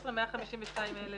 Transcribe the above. ב-2016 152,000